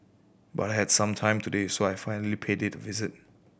but I had some time today so I finally paid it a visit